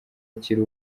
akiri